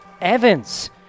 Evans